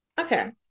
Okay